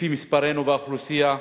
לפי שיעורנו באוכלוסייה.